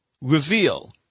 reveal